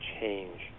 change